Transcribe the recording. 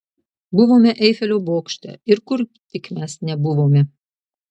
buvome eifelio bokšte ir kur tik mes nebuvome